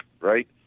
right